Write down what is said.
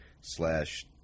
slash